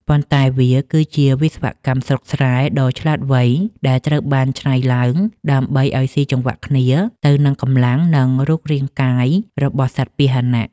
ប៉ុន្តែវាគឺជាវិស្វកម្មស្រុកស្រែដ៏ឆ្លាតវៃដែលត្រូវបានច្នៃឡើងដើម្បីឱ្យស៊ីចង្វាក់គ្នាទៅនឹងកម្លាំង និងរូបរាងកាយរបស់សត្វពាហនៈ។